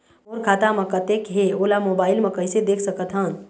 मोर खाता म कतेक हे ओला मोबाइल म कइसे देख सकत हन?